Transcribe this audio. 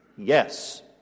Yes